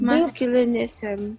Masculinism